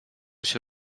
się